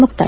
ಮುಕ್ತಾಯ